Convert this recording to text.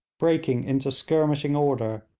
breaking into skirmishing order,